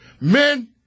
Men